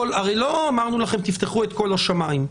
הרי לא אמרנו לכם לפתוח את כל השמיים.